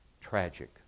Tragic